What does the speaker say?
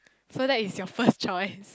so that is your first choice